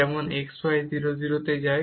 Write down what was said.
যেমন xy 0 0 তে যায়